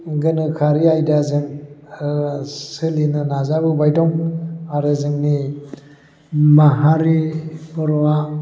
गोनोखोआरि आयदाजों ओ सोलिनो नाजाबोबाय दं आरो जोंनि माहारि बर'आ